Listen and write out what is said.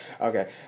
Okay